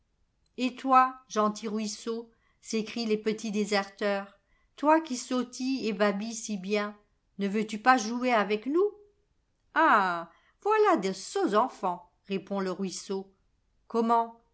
et toi gentil ruisseau s'écrient les petits déserteurs toi qui sautilles et babilles si bien ne veux-tu pas jouer avec nous ah voilà de sots enfants répond le ruisseau comment